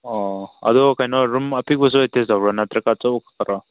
ꯑꯣ ꯑꯗꯨ ꯀꯩꯅꯣ ꯔꯨꯝ ꯑꯄꯤꯛꯄꯁꯨ ꯑꯦꯇꯦꯁ ꯇꯧꯕ꯭ꯔꯣ ꯅꯠꯇ꯭ꯔꯒ ꯑꯆꯧꯕ ꯈꯛꯇꯔꯣ